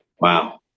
wow